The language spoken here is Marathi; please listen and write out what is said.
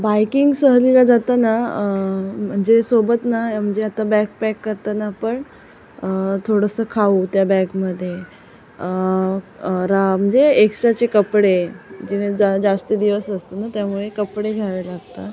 बायकिंग सहलीला जाताना म्हणजे सोबत ना म्हणजे आता बॅग पॅक करताना पण थोडंसं खाऊ त्या बॅगमध्ये रा म्हणजे एक्स्ट्राचे कपडे जे जास्त दिवस असतो ना त्यामुळे कपडे घ्यावे लागतात